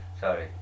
sorry